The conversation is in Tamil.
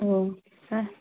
ம் சார்